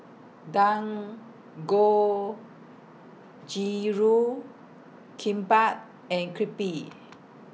Dangojiru Kimbap and Crepe